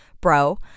Bro